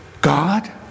God